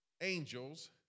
angels